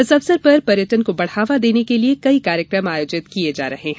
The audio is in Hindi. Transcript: इस अवसर पर पर्यटन को बढावा देने के लिये कई कार्यक्रम आयोजित किये जा रहे हैं